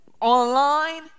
online